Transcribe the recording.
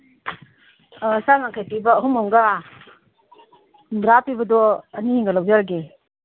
ꯆꯥꯝ ꯌꯥꯡꯈꯩ ꯄꯤꯕ ꯑꯍꯨꯝ ꯑꯃꯒ ꯍꯨꯝꯗ꯭ꯔꯥ ꯄꯤꯕꯗꯣ ꯑꯅꯤ ꯑꯃꯒ ꯂꯧꯖꯔꯒꯦ